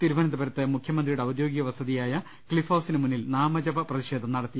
തിരുവനന്തപുരത്ത് മുഖ്യമന്ത്രിയുടെ ഔദ്യോഗിക വസതിയായ ക്ലിഫ് ഹൌസിനു മുന്നിൽ നാമ ജപ പ്രതിഷേധം നടത്തി